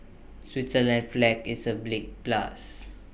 Switzerland's flag is A plus